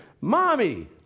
Mommy